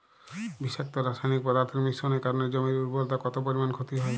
বিষাক্ত রাসায়নিক পদার্থের মিশ্রণের কারণে জমির উর্বরতা কত পরিমাণ ক্ষতি হয়?